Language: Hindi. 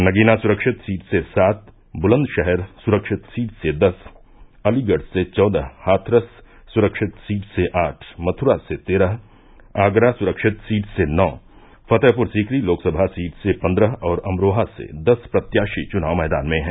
नगीना सुरक्षित सीट से सात बुलंदशहर सुरक्षित सीट से दस अलीगढ़ से चौदह हाथरस सुरक्षित सीट से आठ मथुरा से तेरह आगरा सुरक्षित सीट से नौ फतेहपुर सीकरी लोकसभा सीट से पन्द्रह और अमरोहा से दस प्रत्याशी चुनाव मैदान में हैं